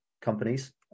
Companies